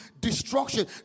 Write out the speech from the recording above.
destruction